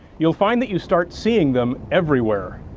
you'll find that you start seeing them everywhere.